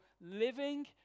living